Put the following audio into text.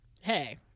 Hey